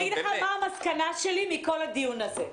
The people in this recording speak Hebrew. אגיד לך מה המסקנה שלי מכל הדיון הזה.